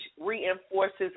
reinforces